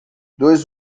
dois